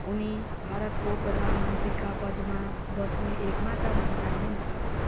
उनी भारतको प्रधानमन्त्रीका पदमा बस्ने एक मात्र महिला हुन्